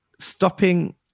stopping